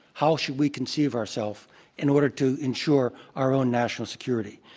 how should we conceive ourselves in order to insure our own national security.